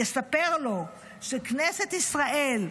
יספר לו שכנסת ישראל,